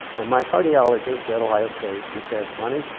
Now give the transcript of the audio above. and my cardiologist, at ohio state, he said, lonnie,